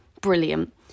Brilliant